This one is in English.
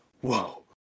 whoa